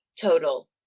total